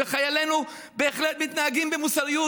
וחיילינו בהחלט מתנהגים במוסריות